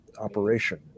operation